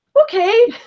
okay